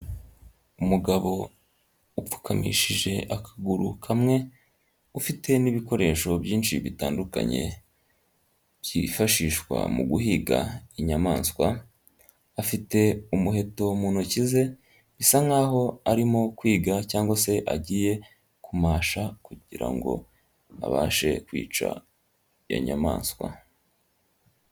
Umugabo upfukamishije akaguru kamwe ufite n'ibikoresho byinshi bitandukanye byifashishwa mu guhiga inyamanswa, afite umuheto mu ntoki ze bisa nkaho arimo kwiga cyangwa se agiye kumasha kugira ngo abashe kwica iyo nyamanswa.